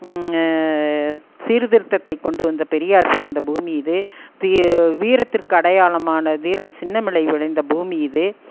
சீர்திருத்தத்தை கொண்டு வந்த பெரியார் பிறந்த பூமி இது தி வீரத்திற்கு அடையாளமான வீரன் சின்னமலை விளைந்த பூமி இது